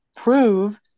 prove